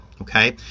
Okay